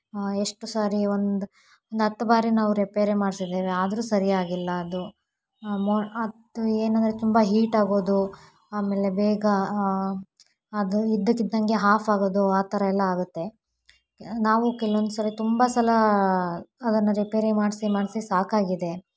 ಎಷ್ಟು ಸಾರಿ ಒಂದು ಒಂದು ಹತ್ತು ಬಾರಿ ನಾವು ರಿಪೇರಿ ಮಾಡ್ಸಿದ್ದೀವಿ ಆದರೂ ಸರಿಯಾಗಿಲ್ಲ ಅದು ಮೊ ಅದು ಏನಂದರೆ ತುಂಬ ಹೀಟ್ ಆಗೋದು ಆಮೇಲೆ ಬೇಗ ಅದು ಇದಕ್ಕಿದ್ದಂಗೆ ಹಾಫ್ ಆಗೋದು ಆ ಥರ ಎಲ್ಲ ಆಗುತ್ತೆ ನಾವು ಕೆಲ್ವೊಂದ್ಸರಿ ತುಂಬ ಸಲ ಅದನ್ನು ರಿಪೇರಿ ಮಾಡಿಸಿ ಮಾಡಿಸಿ ಸಾಕಾಗಿದೆ